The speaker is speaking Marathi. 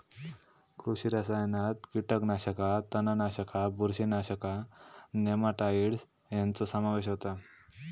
कृषी रसायनात कीटकनाशका, तणनाशका, बुरशीनाशका, नेमाटाइड्स ह्यांचो समावेश होता